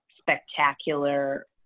spectacular